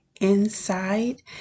inside